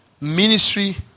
ministry